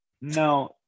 no